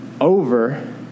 over